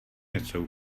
něco